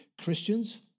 Christians